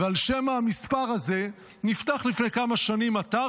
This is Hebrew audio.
ועל שם המספר הזה נפתחו לפני כמה שנים אתר